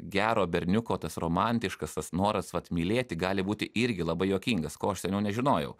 gero berniuko tas romantiškas tas noras vat mylėti gali būti irgi labai juokingas ko aš seniau nežinojau